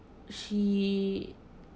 she